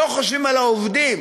לא חושבים על העובדים,